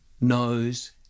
knows